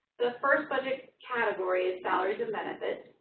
the first budget category is salaries and benefits.